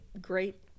great